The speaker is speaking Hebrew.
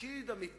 התפקיד שלהם?